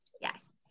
Yes